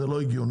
זה לא הגיוני.